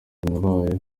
bayo